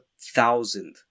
thousand